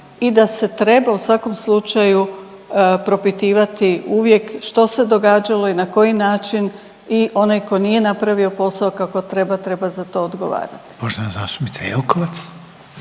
i da se treba u svakom slučaju propitivati uvijek što se događalo i na koji način i onaj ko nije napravio posao kako treba treba za to odgovarati. **Reiner, Željko